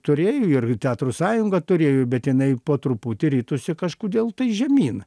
turėjo ir teatro sąjunga turėjo bet jinai po truputį ritosi kažkodėl tai žemyn